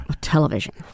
television